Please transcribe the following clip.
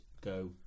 go